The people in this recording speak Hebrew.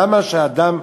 למה שאדם,